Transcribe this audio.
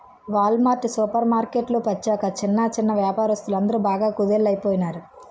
wall mart supermarket వచ్చాక చిన్న చిన్నా వ్యాపారస్తులందరు బాగా కుదేలయిపోనారు